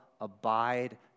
abide